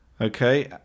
okay